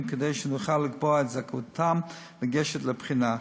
כדי שנוכל לקבוע את זכאותם לגשת לבחינה.